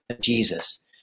Jesus